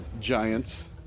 giants